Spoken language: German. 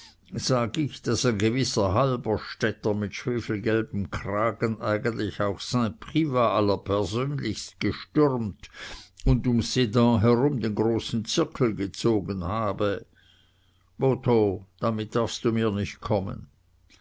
sag ich daß ein gewisser halberstädter mit schwefelgelbem kragen eigentlich auch st privat allerpersönlichst gestürmt und um sedan herum den großen zirkel gezogen habe botho damit darfst du mir nicht kommen